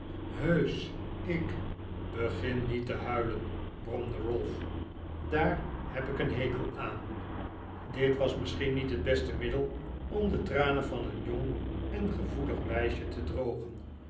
heusch ik begin niet te huilen bromde ralph daar heb ik een hekel aan dit was misschien niet het beste middel om de tranen van een jong en gevoelig meisje te drogen